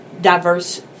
diverse